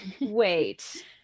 Wait